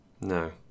No